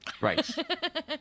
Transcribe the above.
Right